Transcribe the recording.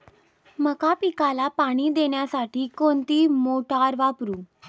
मका पिकाला पाणी देण्यासाठी कोणती मोटार वापरू?